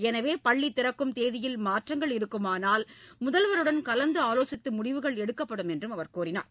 எனவே பள்ளித் திறக்கும் தேதியில் மாற்றங்கள் இருக்குமானால் முதல்வருடன் கலந்தாலோசித்து முடிவுகள் அறிவிக்கப்படும் என்று கூறினார்